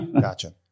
Gotcha